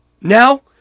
Now